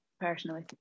personally